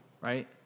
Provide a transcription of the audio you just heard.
right